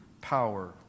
power